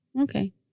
Okay